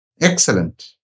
Excellent